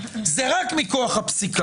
זה רק מכוח הפסיקה.